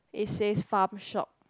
it says farm shop